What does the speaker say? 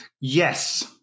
Yes